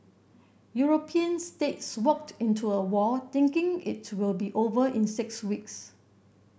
European states walked into a war thinking it will be over in six weeks